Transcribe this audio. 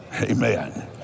Amen